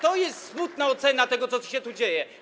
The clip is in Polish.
To jest smutna ocena tego, co się tu dzieje.